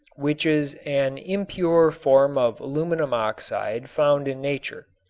which is an impure form of aluminum oxide found in nature.